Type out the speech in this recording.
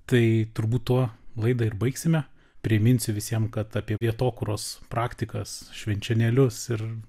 tai turbūt tuo laidą ir baigsime priminsiu visiem kad apie vietokūros praktikas švenčionėlius ir